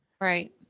right